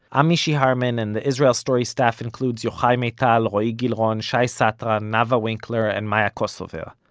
i'm mishy harman, and the israel story staff includes yochai maital, roee gilron, shai satran, nava winkler and maya kosover.